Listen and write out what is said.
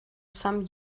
some